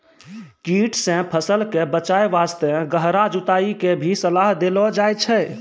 कीट सॅ फसल कॅ बचाय वास्तॅ गहरा जुताई के भी सलाह देलो जाय छै